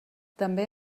també